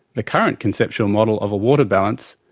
the current conceptual model of a water balance,